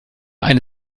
eine